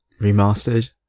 Remastered